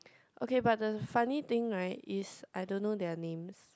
okay but the funny thing right is I don't know their names